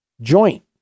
joint